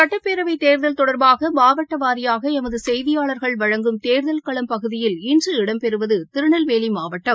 சட்டப்பேரவைத்தேர்தல் தொடர்பாக மாவட்ட வாரியாக எமது செய்தியாளர்கள் வழங்கும் தேர்தல் களம் பகுதியில் இன்று இடம்பெறுவது திருநெல்வேலி மாவட்டம்